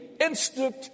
instant